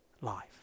life